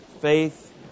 faith